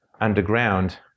underground